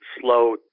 slow